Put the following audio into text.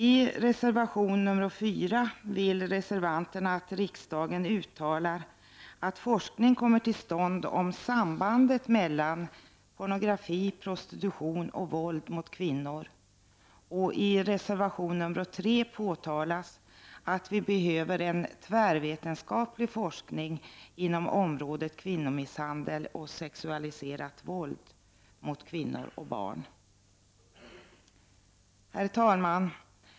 I reservation 4 vill reservanterna att riksdagen uttalar att forskning skall komma till stånd om sambandet mellan pornografi, prostitution och våld mot kvinnor. Och i reservation 3 påtalas att vi behöver en tvärvetenskaplig forskning inom området kvinnomisshandel och sexualiserat våld mot kvinnor och barn. Herr talman!